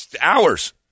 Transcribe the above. hours